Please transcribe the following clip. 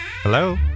hello